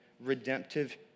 redemptive